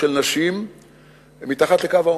של נשים מתחת לקו העוני.